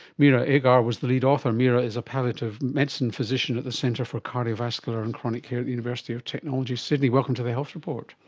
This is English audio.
meera agar was the lead author. meera is a palliative medicine physician at the centre for cardiovascular and chronic care at the university of technology, sydney. welcome to the health report.